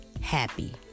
happy